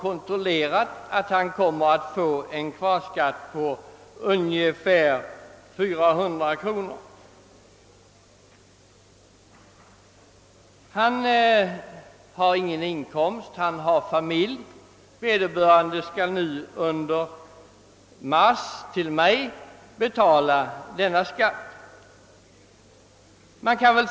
Om en månad får han en skattsedel där kvarskatt påförts med cirka 400 kronor. Han har familj men ingen inkomst — och så står han i den situationen att han under mars och maj nästa år skall betala denna kvarskatt.